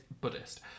Buddhist